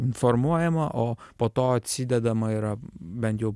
informuojama o po to atsidedama yra bent jau